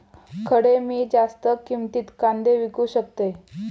खडे मी जास्त किमतीत कांदे विकू शकतय?